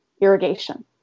irrigation